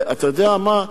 ואתה יודע מה,